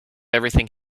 everything